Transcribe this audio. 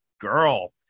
girl